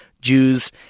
Jews